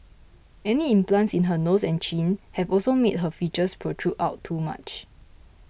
any implants in her nose and chin have also made her features protrude out too much